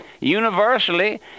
universally